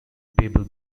pebble